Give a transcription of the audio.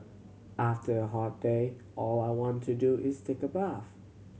after a hot day all I want to do is take a bath